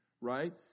right